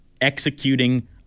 executing